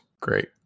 great